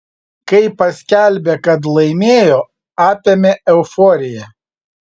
kai paskelbė kad laimėjo apėmė euforija